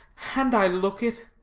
and i look it.